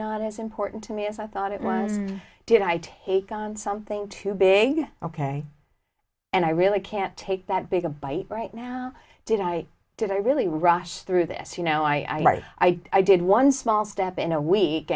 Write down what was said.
not as important to me as i thought it was did i take on something too big ok and i really can't take that big a bite right now did i did i really rush through this you know i i i did one small step in a week